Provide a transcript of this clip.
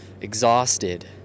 exhausted